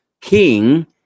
king